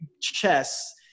chess